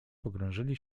pogrążyli